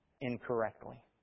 incorrectly